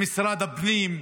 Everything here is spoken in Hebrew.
למשרד הפנים,